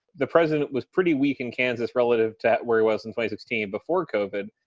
the president was pretty weak in kansas relative to where he was in fy sixteen before covid,